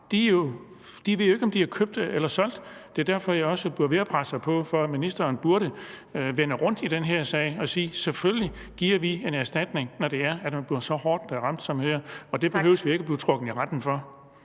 ikke ved, om de er købt eller solgt. Det er også derfor, jeg bliver ved med at presse på for, at ministeren i den her sag burde vende rundt og sige, at selvfølgelig giver man en erstatning, når det er, at nogen bliver så hårdt ramt som her, og det behøver man ikke at blive trukket i retten for.